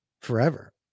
forever